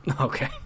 Okay